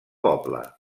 poble